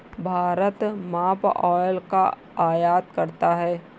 Bharat palm oil का आयात करता है